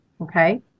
Okay